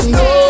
no